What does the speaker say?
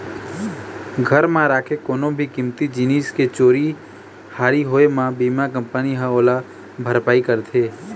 घर म राखे कोनो भी कीमती जिनिस के चोरी हारी होए म बीमा कंपनी ह ओला भरपाई करथे